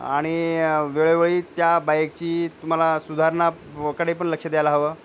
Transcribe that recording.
आणि वेळोवेळी त्या बाईकची तुम्हाला सुधारणा व कडे पण लक्ष द्यायला हवं